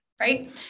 right